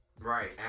Right